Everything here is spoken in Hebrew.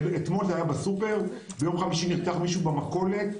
אתמול היה בסופר, ביום חמישי נרצח מישהו במכולת.